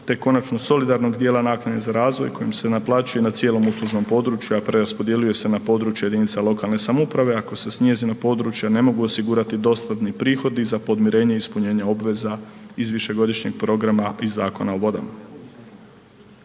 te konačno solidarnog dijela naknade za razvoj kojim se naplaćuje na cijelom uslužnom području, a preraspodjeljuje se na područje jedinica lokalne samouprave ako se s njezinog područja ne mogu osigurati dostatni prihodi za podmirenje i ispunjenje obveza iz višegodišnjeg programa i Zakona o vodama.